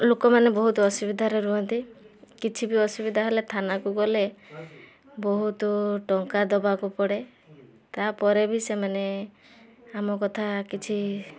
ଲୋକମାନେ ବହୁତ ଅସୁବିଧାରେ ରୁହନ୍ତି କିଛି ବି ଅସୁବିଧା ହେଲେ ଥାନାକୁ ଗଲେ ବହୁତ ଟଙ୍କା ଦେବାକୁ ପଡ଼େ ତାପରେ ବି ସେମାନେ ଆମ କଥା କିଛି